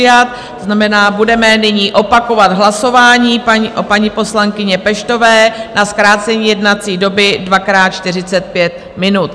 To znamená, budeme nyní opakovat hlasování paní poslankyně Peštové na zkrácení jednací doby dvakrát 45 minut.